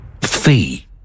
Fee